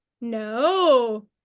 No